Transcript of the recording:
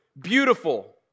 beautiful